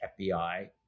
FBI